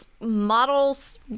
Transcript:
models